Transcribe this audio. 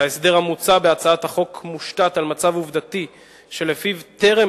"ההסדר המוצע בהצעת החוק מושתת על מצב עובדתי שלפיו טרם